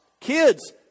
Kids